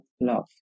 love